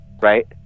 right